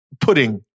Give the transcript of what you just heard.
pudding